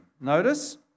Notice